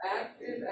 active